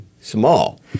small